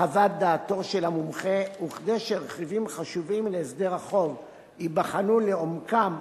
חוות דעתו של המומחה וכדי שרכיבים חשובים להסדר החוב ייבחנו לעומקם,